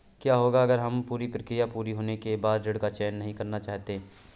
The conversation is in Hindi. क्या होगा अगर हम पूरी प्रक्रिया पूरी होने के बाद ऋण का चयन नहीं करना चाहते हैं?